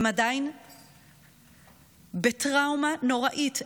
הם עדיין בטראומה נוראית.